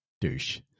douche